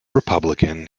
republican